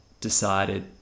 decided